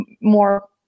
more